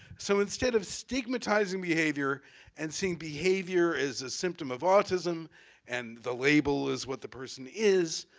so instead of stigmatize ing behavior and seeing behavior is a symptom of autism and the label is what the person is,